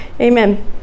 Amen